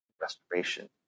restoration